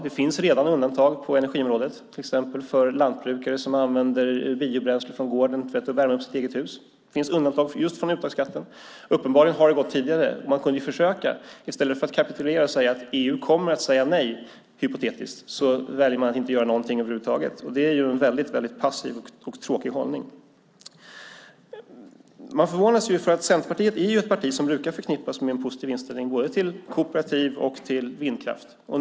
Det finns redan undantag på energiområdet, till exempel för lantbrukare som använder biobränsle från gården till att värma upp sitt eget hus. Det finns undantag från just uttagsskatten. Det har uppenbarligen gått tidigare, och man kunde ju försöka. I stället för att kapitulera och säga att EU kommer att säga nej, hypotetiskt, väljer man att inte göra någonting över huvud taget. Det är en väldigt, väldigt passiv och tråkig hållning. Centerpartiet är ett parti som brukar förknippas med en positiv inställning både till kooperativ och till vindkraft.